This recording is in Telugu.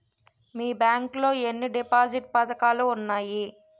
మీ బ్యాంక్ లో ఎన్ని డిపాజిట్ పథకాలు ఉన్నాయి?